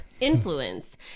Influence